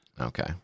Okay